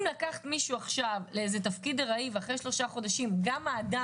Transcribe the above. אם לקחת מישהו לאיזה תפקיד ארעי ואחרי שלושה חודשים גם האדם